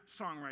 songwriter